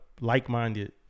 like-minded